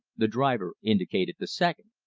the driver indicated the second.